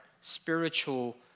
spiritual